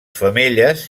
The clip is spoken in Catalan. femelles